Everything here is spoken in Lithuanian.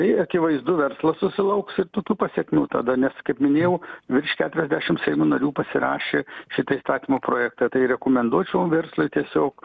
tai akivaizdu verslas susilauks ir tokių pasekmių tada nes kaip minėjau virš keturiasdešim seimo narių pasirašė šitą įstatymo projektą tai rekomenduočiau verslui tiesiog